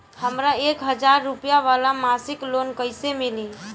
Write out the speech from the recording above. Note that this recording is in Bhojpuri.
हमरा एक हज़ार रुपया वाला मासिक लोन कईसे मिली?